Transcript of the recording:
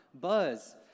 Buzz